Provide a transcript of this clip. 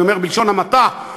אני אומר בלשון המעטה.